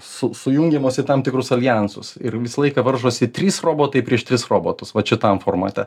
su sujungiamos į tam tikrus aljansus ir visą laiką varžosi trys robotai prieš tris robotus vat šitam formate